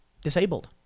disabled